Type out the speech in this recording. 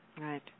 Right